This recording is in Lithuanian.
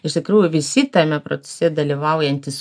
iš tikrųjų visi tame procese dalyvaujantys